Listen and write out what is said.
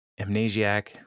amnesiac